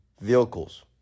vehicles